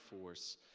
force